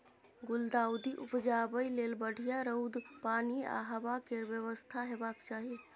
गुलदाउदी उपजाबै लेल बढ़ियाँ रौद, पानि आ हबा केर बेबस्था हेबाक चाही